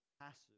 passive